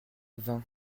vingt